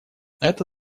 это